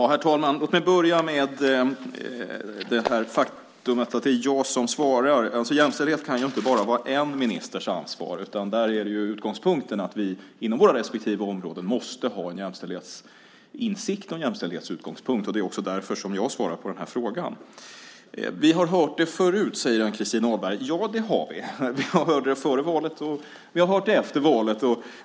Herr talman! Låt mig börja med att kommentera det faktum att det är jag som svarar. Jämställdhet kan inte vara bara en ministers ansvar. Utgångspunkten är att vi inom våra respektive områden måste ha en jämställdhetsinsikt och en jämställdhetsutgångspunkt. Därför svarar jag på den här frågan. Vi har hört det förut, säger Ann-Christin Ahlberg. Ja, det har vi. Vi hörde det före valet och vi har hört det efter valet.